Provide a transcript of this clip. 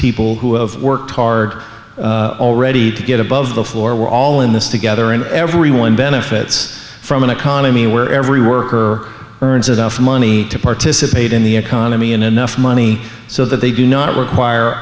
people who have worked hard already to get above the floor we're all in this together and everyone benefits from an economy where every worker earns enough money to participate in the economy and enough money so that they do not require